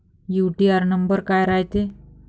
UTR number काय रायते?